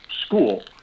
school